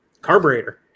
carburetor